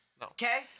Okay